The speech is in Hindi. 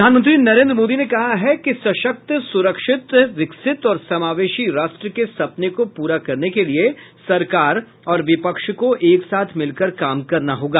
प्रधानमंत्री नरेंद्र मोदी ने कहा है कि सशक्त सुरक्षित विकसित और समावेशी राष्ट्र के सपने को पूरा करने के लिए सरकार और विपक्ष को एक साथ मिलकर काम करना होगा